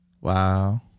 Wow